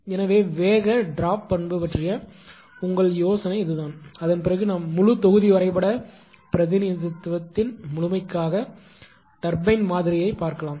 எனவே வேக ட்ரோப் பண்பு பற்றிய உங்கள் யோசனை இதுதான் அதன் பிறகு நாம் முழு தொகுதி வரைபட பிரதிநிதித்துவத்தின் முழுமைக்காக டர்பைன்மாதிரியை பார்க்கலாம்